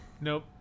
Nope